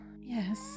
yes